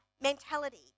mentality